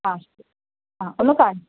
ആ ആ ഒന്ന് കാണ്